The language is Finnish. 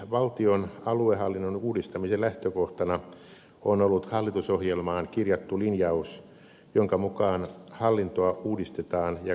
valtion aluehallinnon uudistamisen lähtökohtana on ollut hallitusohjelmaan kirjattu linjaus jonka mukaan hallintoa uudistetaan ja kansanvaltaistetaan